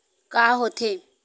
का होथे?